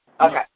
Okay